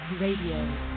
Radio